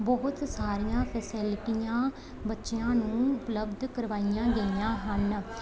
ਬਹੁਤ ਸਾਰੀਆਂ ਫੈਸਿਲਿਟੀਆਂ ਬੱਚਿਆਂ ਨੂੰ ਉਪਲਬਧ ਕਰਵਾਈਆਂ ਗਈਆਂ ਹਨ